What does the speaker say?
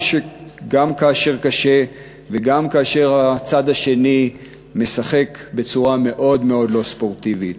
גם כאשר קשה וגם כאשר הצד השני משחק בצורה מאוד מאוד לא ספורטיבית.